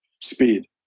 speed